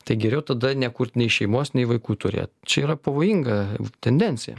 tai geriau tada nekurt nei šeimos nei vaikų turėt čia yra pavojinga tendencija